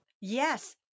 Yes